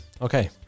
Okay